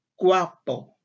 guapo